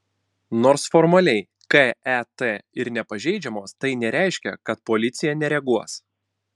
nors formaliai ket ir nepažeidžiamos tai nereiškia kad policija nereaguos